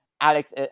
Alex